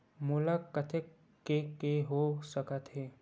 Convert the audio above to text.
मोला कतेक के के हो सकत हे?